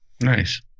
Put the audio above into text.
Nice